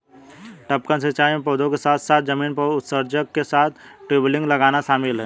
टपकन सिंचाई में पौधों के साथ साथ जमीन पर उत्सर्जक के साथ टयूबिंग लगाना शामिल है